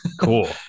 Cool